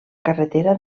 carretera